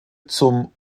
zum